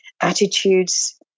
attitudes